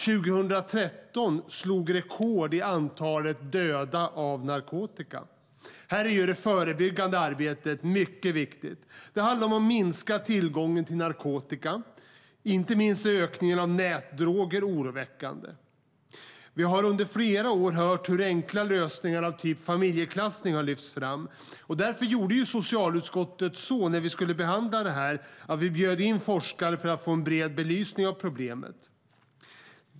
År 2013 slog vi rekord i antalet döda av narkotika. Här är det förebyggande arbetet mycket viktigt. Det handlar om att minska tillgången till narkotika. Inte minst är ökningen av nätdroger oroväckande. Vi har under flera år hört hur enkla lösningar av typen familjeklassning har lyfts fram. När socialutskottet skulle behandla ärendet bjöd vi in forskare för att få en bred belysning av problemet.